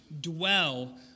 dwell